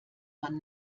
man